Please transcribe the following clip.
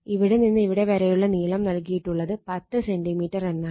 ഇവിടെ നിന്ന് ഇവിടെ വരെയുള്ള നീളം നൽകിയിട്ടുള്ളത് 10 സെന്റിമീറ്റർ എന്നതാണ്